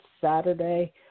Saturday